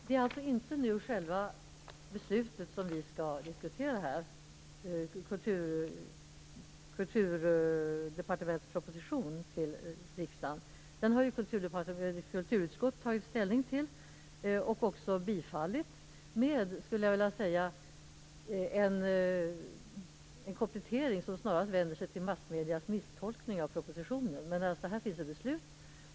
Men det är inte själva beslutet och Kulturdepartementets proposition till riksdagen som vi här skall diskutera. Kulturutskottet har ju tagit ställning till propositionen och också tillstyrkt förslagen med en komplettering som snarast vänder sig till massmedierna angående deras misstolkning av situationen.